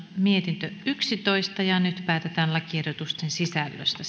mietintö yksitoista nyt päätetään lakiehdotusten sisällöstä